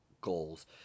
goals